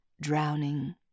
drowning